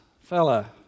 fella